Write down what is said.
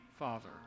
Father